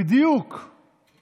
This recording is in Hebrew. אני מפנה אותך לפרוטוקול,